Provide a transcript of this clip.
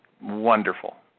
wonderful